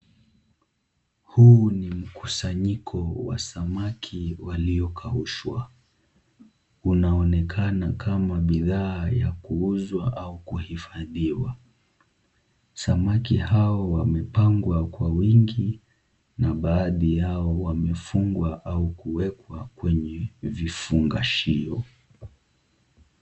Huu ni mkusanyiko wa samaki waliokaushwa, unaonekana kama bidhaa ya kuuzwa au kuhifadhiwa, samaki hao wamepangwa kwa wingi na baadhi yao wamefungwa au kuwekwa kwenye vifungashio